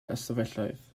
ystafelloedd